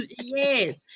Yes